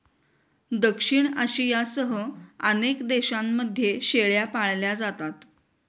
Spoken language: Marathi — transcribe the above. दक्षिण आशियासह अनेक देशांमध्ये शेळ्या पाळल्या जातात